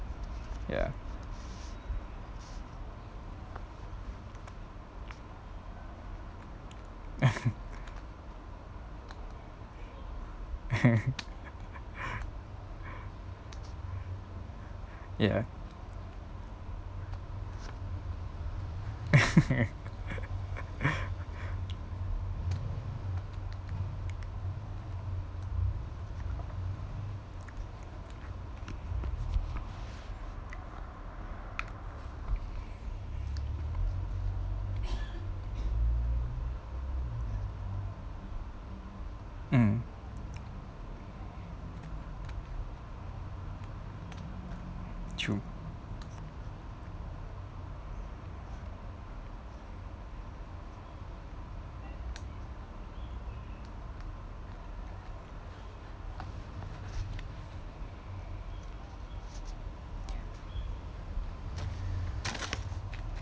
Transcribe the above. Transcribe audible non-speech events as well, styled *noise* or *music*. ya *laughs* *laughs* ya *laughs* mm true